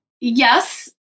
Yes